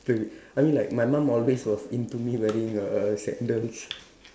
I mean like my mum always was into me wearing err sandals